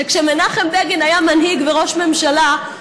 שכשמנחם בגין היה מנהיג וראש ממשלה,